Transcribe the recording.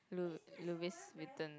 lou~ Louis Vuitton